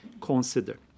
consider